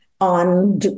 on